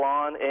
on